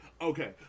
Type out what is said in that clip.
Okay